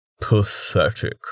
Pathetic